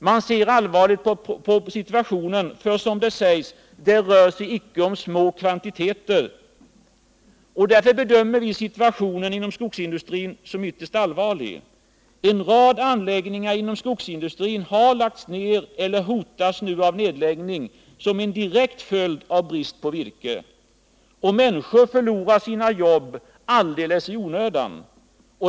Man ser allvarligt på situationen, för — som det sägs — det rör sig inte om små kvantiteter. Därför bedömer vi situationen inom skogsindustrin som ytterst allvarlig. En rad anläggningar inom skogsindustrin har lagts ned eller hotas av nedläggning som en direkt följd av virkesbrist. Människor förlorar sina jobb alldeles i onödan.